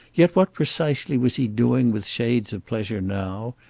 yet what precisely was he doing with shades of pleasure now,